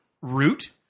root